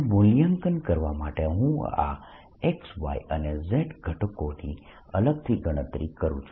આનું મૂલ્યાંકન કરવા માટે હું આ x y અને z ઘટકોની અલગથી ગણતરી કરું છું